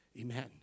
Amen